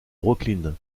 brooklyn